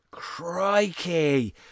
Crikey